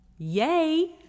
yay